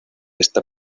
esta